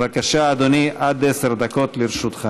בבקשה, אדוני, עד עשר דקות לרשותך.